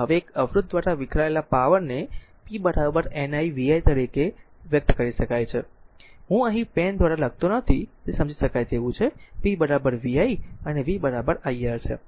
હવે એક અવરોધ દ્વારા વિખરાયેલાને p ni vi તરીકે વ્યક્ત કરી શકાય છે બરાબર હું અહીં પેન દ્વારા લખતો નથી તે સમજી શકાય તેવું p vi અને v iR છે